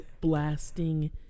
blasting